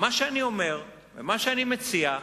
מה שאני אומר ומה שאני מציע,